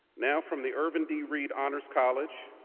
now from the irvin d. reid honors college,